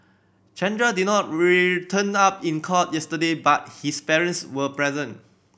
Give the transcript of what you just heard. Chandra did not return up in court yesterday but his parents were present